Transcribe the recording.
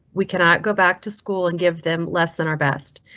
we cannot go back to school and give them less than our best.